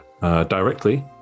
directly